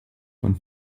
von